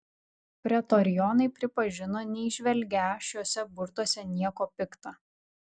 pretorionai pripažino neįžvelgią šiuose burtuose nieko pikta